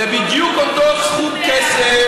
זה לא, זה בדיוק אותו סכום כסף,